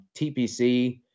TPC